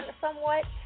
somewhat